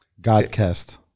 Godcast